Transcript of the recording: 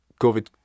covid